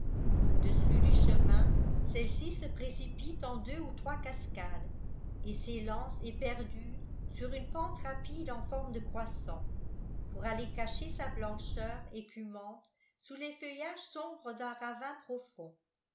au-dessus du chemin celle-ci se précipite en deux ou trois cascades et s'élance éperdue sur une pente rapide en forme de croissant pour aller cacher sa blancheur écumante sous les feuillages sombres d'un ravin profond